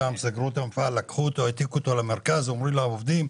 שם העתיקו את המפעל למרכז ואמרו לעובדים: